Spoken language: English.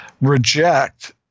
reject